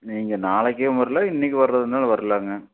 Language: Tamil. நீங்கள் நாளைக்கும் வரலாம் இன்றைக்கும் வரதுனாலும் வரலாங்க